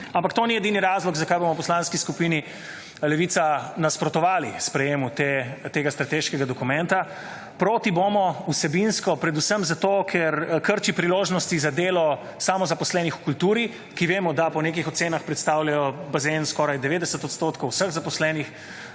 ampak to ni edini razlog zakaj bomo v Poslanski skupini Levica nasprotovali sprejemu tega strateškega dokumenta. Proti bomo vsebinsko predvsem, zato ker krči priložnosti za delo samozaposlenih v kulturi, ki vemo, da po nekih ocenah predstavljajo bazen skoraj 90 odstotkov vseh zaposlenih